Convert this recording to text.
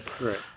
Right